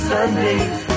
Sundays